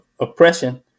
oppression